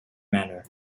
manor